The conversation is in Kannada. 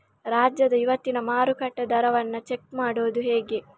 ರಾಜ್ಯದ ಇವತ್ತಿನ ಮಾರುಕಟ್ಟೆ ದರವನ್ನ ಚೆಕ್ ಮಾಡುವುದು ಹೇಗೆ?